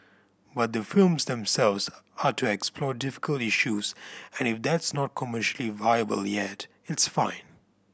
but the films themselves are to explore difficult issues and if that's not commercially viable yet it's fine